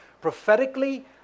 Prophetically